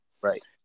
Right